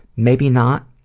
maybe not?